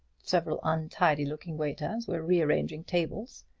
several untidy-looking waiters were rearranging tables.